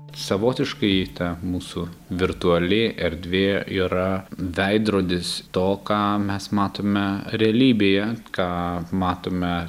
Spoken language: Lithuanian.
savotiškai ta mūsų virtuali erdvė yra veidrodis to ką mes matome realybėje ką matome